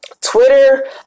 Twitter